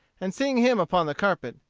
and seeing him upon the carpet,